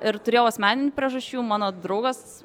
ir turėjau asmeninių priežasčių mano draugas